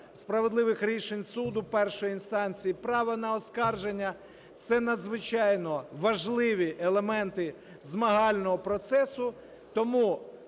справедливих рішень суду першої інстанції, право на оскарження – це надзвичайно важливі елементи змагального процесу. Тому